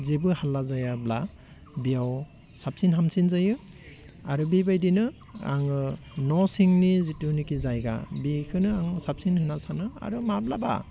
जेबो हाल्ला जायाब्ला बियाव साबसिन हामसिन जायो आरो बेबायदिनो आङो न' सिंनि जितुनेखि जायगा बिखोनो आं साबसिन होनना सानो आरो माब्लाबा